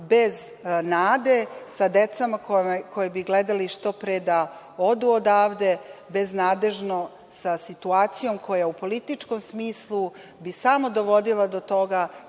bez nada, sa decom koja bi gledala što pre da odu odavde, beznadežno, sa situacijom koja u političkom smislu bi samo dovodila do toga